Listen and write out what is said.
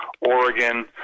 Oregon